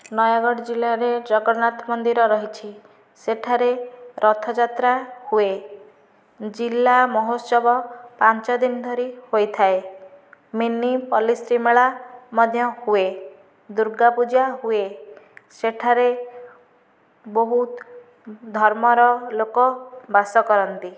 ନୟାଗଡ଼ ଜିଲ୍ଲାରେ ଜଗନ୍ନାଥ ମନ୍ଦିର ରହିଛି ସେଠାରେ ରଥଯାତ୍ରା ହୁଏ ଜିଲ୍ଲା ମହୋତ୍ସବ ପାଞ୍ଚଦିନ ଧରି ହୋଇଥାଏ ମିନି ପଲ୍ଲିଶ୍ରୀ ମେଳା ମଧ୍ୟ ହୁଏ ଦୁର୍ଗାପୂଜା ହୁଏ ସେଠାରେ ବହୁତ ଧର୍ମର ଲୋକ ବାସ କରନ୍ତି